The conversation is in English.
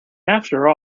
after